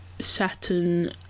Saturn